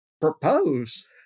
propose